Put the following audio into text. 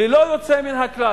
ללא יוצא מן הכלל.